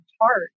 heart